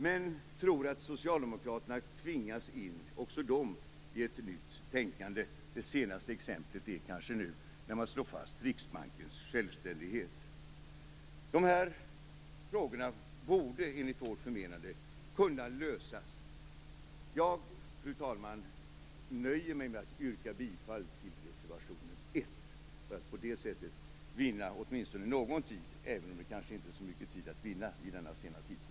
Men jag tror att också Socialdemokraterna kommer att tvingas in i ett nytt tänkande. Det senaste exemplet är kanske nu när man slår fast Riksbankens självständighet. De här problemen borde enligt vårt förmenande kunna lösas. Jag nöjer mig, fru talman, med att yrka bifall till reservation 1 för att på det sättet vinna åtminstone någon tid, även om det kanske inte finns så mycket tid att vinna vid denna sena tidpunkt.